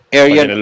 area